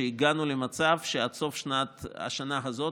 שהגענו למצב שעד סוף השנה הזאת,